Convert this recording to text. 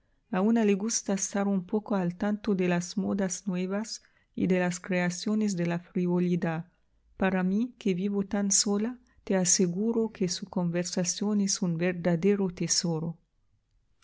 a una le gusta estar un poco al tanto de las modas nuevas y de las creaciones de la frivolidad para mí que vivo tan sola te aseguro que su conversación es un verdadero tesoro